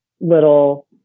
little